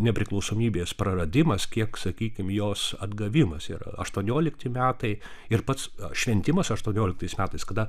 nepriklausomybės praradimas kiek sakykim jos atgavimas yra aštuoniolikti metai ir pats šventimas aštuonioliktais metais kada